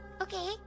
Okay